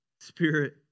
Spirit